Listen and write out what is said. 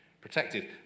protected